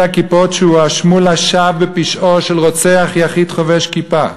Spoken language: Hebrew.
הכיפות שהואשמו לשווא בפשעו של רוצח יחיד חובש כיפה.